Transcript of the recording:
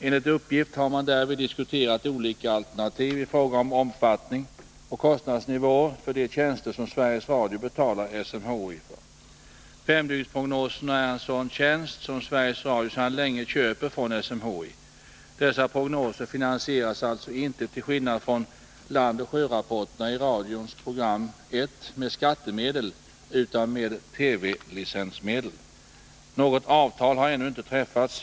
Enligt uppgift har man därvid diskuterat olika alternativ i fråga om omfattning och kostnadsnivåer för de tjänster som Sveriges Radio betalar SMHI för. Femdygnsprognoserna är en sådan tjänst som Sveriges Radio sedan länge köper från SMHI. Dessa prognoser finansieras alltså inte, till skillnad från landoch sjörapporterna i radions program 1, med skattemedel utan med TV-licensmedel. Något avtal har ännu inte träffats.